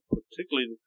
particularly